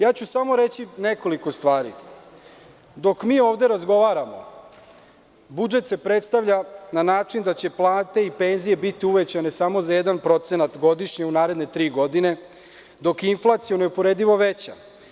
Ja ću samo reći nekoliko stvari, dok mi ovde razgovaramo budžet se predstavlja na način da će plate i penzije biti uvećane samo za 1% godišnje u naredne tri godine, dok je inflacija neuporedivo veća.